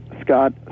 scott